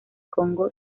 congo